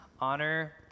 Honor